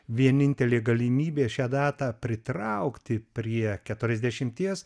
vienintelė galimybė šią datą pritraukti prie keturiasdešimties